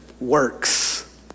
works